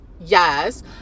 yes